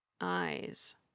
eyes